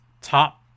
top